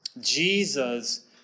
Jesus